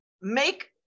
make